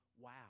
wow